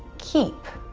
keep.